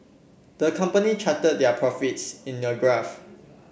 the company charted their profits in a graph